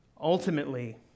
Ultimately